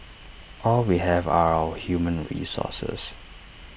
all we have are our human resources